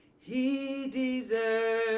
he deserves